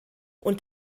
und